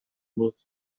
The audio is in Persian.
بود